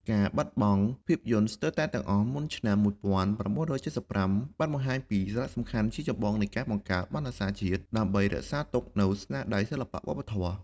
ការបាត់បង់ភាពយន្តស្ទើរតែទាំងអស់មុនឆ្នាំ ១៩៧៥ បានបង្ហាញពី សារៈសំខាន់ជាចម្បងនៃការបង្កើតបណ្ណសារជាតិ ដើម្បីរក្សាទុកនូវស្នាដៃសិល្បៈវប្បធម៌។